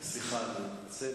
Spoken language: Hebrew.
סליחה, אני מתנצל.